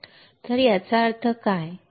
तर याचा अर्थ काय